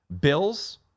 Bills